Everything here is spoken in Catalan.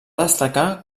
destacar